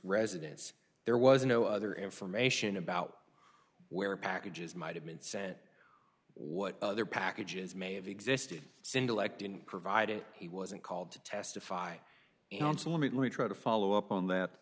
residence there was no other information about where packages might have been sent what their packages may have existed single act in provided he wasn't called to testify and so let me try to follow up on that